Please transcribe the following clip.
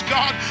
God